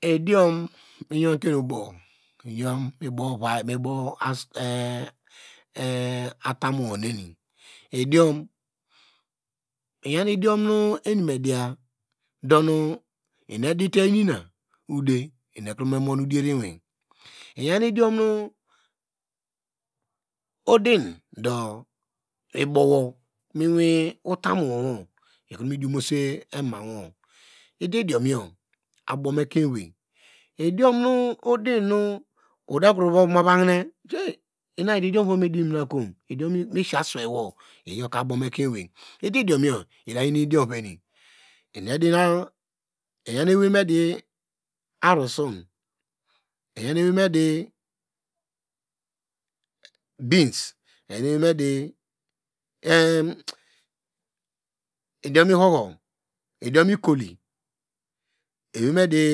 Idiom miyon ke enibow eva mebow idiom, iyin idiom nu eni me diya doenina nu ode eni ekrome mon oder iwin iyan idom nu odidu mibomwo miwi utany wowo, kromidiomo se emawo ide idiom yo abow mu ekein ewei, idiom nu odinu mu mava hine, inadu idiom vene midimina kom nu misise aswei wo iyoka abom ekein ewei ide idiom yo ida yen idiom veni, eyan eyi medi arosun, eyan eye me di beans eyan ewei me di idiom ihoho, idiom ikolo, ewei medi